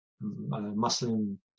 Muslim